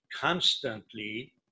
constantly